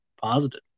positive